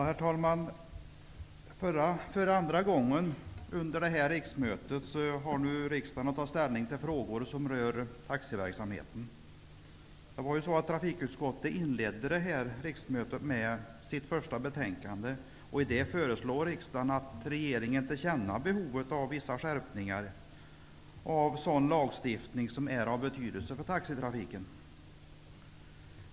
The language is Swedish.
Herr talman! För andra gånger under detta riksmöte har riksdagen att ta ställning till frågor som rör taxiverksamheten. Trafikutskottet inledde detta riksmöte med att i sitt betänkande föreslå riksdagen att ge regeringen till känna behovet av vissa skärpningar av sådan lagstiftning som är av betydelse för taxitrafiken.